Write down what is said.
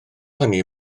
hynny